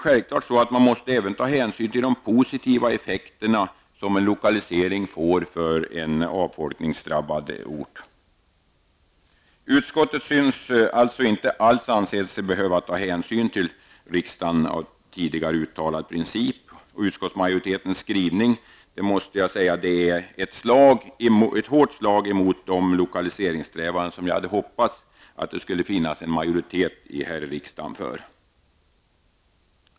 Självfallet måste man räkna med de positiva effekterna som en lokalisering får för en avfolkningsdrabbad ort. Utskottet anser sig tydligen inte alls behöva ta hänsyn till en av riksdagen tidigare uttalad princip. Jag måste säga att utskottsmajoritetens skrivning är ett hårt slag mot de lokaliseringssträvanden som jag hoppades att det skulle finnas en majoritet för i riksdagen.